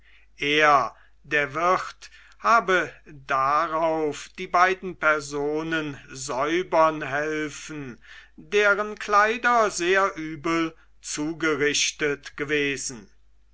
er der wirt habe darauf die beiden personen säubern helfen deren kleider sehr übel zugerichtet gewesen